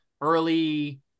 early